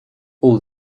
all